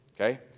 Okay